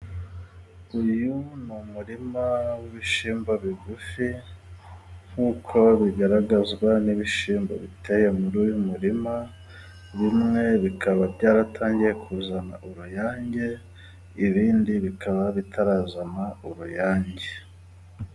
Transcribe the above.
Uyu n'umurima w'ibishyimbo bigufi ,nk'uko bigaragazwa n'ibishyimbo biteye muri uyu murima, bimwe bikaba byaratangiye kuzana uruyange ibindi bikaba bitarazana uruyange.